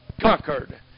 conquered